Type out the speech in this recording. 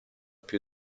più